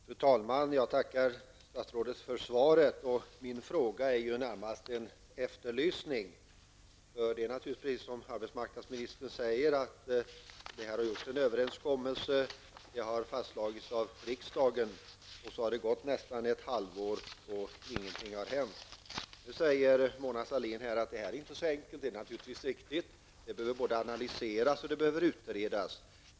Fru talman! Jag tackar statsrådet för svaret. Min fråga var närmast en efterlysning. Det har, precis som arbetsmarknadsministern säger, träffats en överenskommelse som fastlagts av riksdagen. Sedan har det gått nästan ett halvår och ingenting har hänt. Nu säger Mona Sahlin att detta inte är så enkelt, och det är naturligtvis riktigt. Frågan behöver både analyseras och utredas.